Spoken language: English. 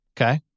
Okay